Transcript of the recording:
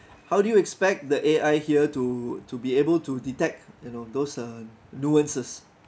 how do you expect the A_I here to to be able to detect you know those uh nuances